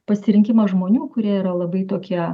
pasirinkimas žmonių kurie yra labai tokie